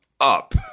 up